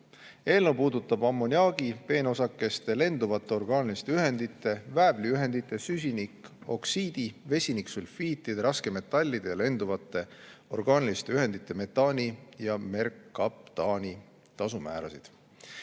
Eelnõu puudutab ammoniaagi, peenosakeste ja nende lenduvate orgaaniliste ühendite, väävliühendite, süsinikoksiidi, vesiniksulfiidi, raskemetallide ja lenduvate orgaaniliste ühendite, metaani ja merkaptaani tasu määrasid.